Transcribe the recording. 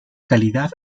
calidad